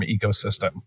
ecosystem